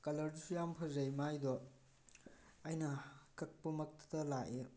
ꯀꯂꯔꯗꯨꯁꯨ ꯌꯥꯝ ꯐꯖꯩ ꯃꯥꯏꯗꯣ ꯑꯩꯅ ꯀꯛꯄ ꯃꯛꯇ ꯂꯥꯛꯏ